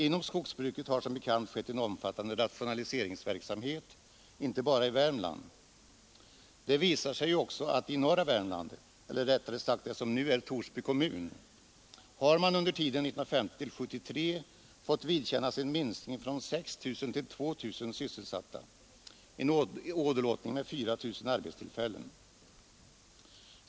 Inom skogsbruket har som bekant skett en omfattande rationalisering — inte bara i Värmland. Det visar sig också att man i norra Värmland, eller rättare sagt i det som nu är Torsby kommun, har fått vidkännas en minskning från 6 000 till 2 000 sysselsatta under tiden 1950—1972, en åderlåtning med 4 000 arbetstillfällen.